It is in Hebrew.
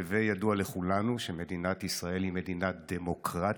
הווי ידוע לכולנו שמדינת ישראל היא מדינה דמוקרטית.